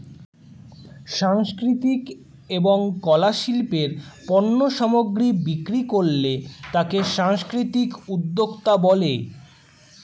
সাংস্কৃতিক এবং কলা শিল্পের পণ্য সামগ্রী বিক্রি করলে তাকে সাংস্কৃতিক উদ্যোক্তা বলে